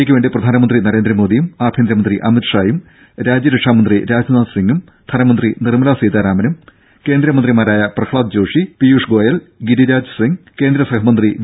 യ്ക്കുവേണ്ടി പ്രധാനമന്ത്രി നരേന്ദ്രമോദിയും ആഭ്യന്തരമന്ത്രി അമിത്ഷായും രാജ്യരക്ഷാമന്ത്രി രാജ്നാഥ്സിങും ധനമന്ത്രി നിർമലാ സീതാരാമനും കേന്ദ്രമന്ത്രിമാരായ പ്രഹ്ളാദ് ജോഷി പീയുഷ് ഗോയൽ ഗിരിരാജ് സിങ് കേന്ദ്രസഹമന്ത്രി വി